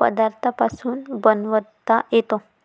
पदार्थांपासून बनवता येतो